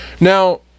Now